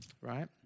Right